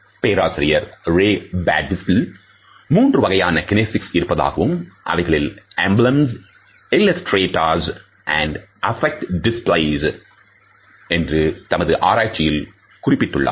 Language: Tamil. பேராசிரியர் பர்டுவிஸ்டல் மூன்று வகையான கினேசிக்ஸ் இருப்பதாகவும் அவைகளை emblems illustrators மற்றும் affect displays இன்று தமது ஆராய்ச்சியில் குறிப்பிட்டுள்ளார்